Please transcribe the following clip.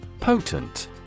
Potent